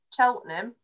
Cheltenham